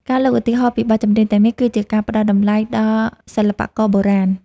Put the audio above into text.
ការលើកឧទាហរណ៍ពីបទចម្រៀងទាំងនេះ គឺជាការផ្តល់តម្លៃដល់សិល្បករបុរាណ។